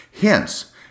Hence